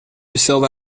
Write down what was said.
bestelde